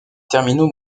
terminaux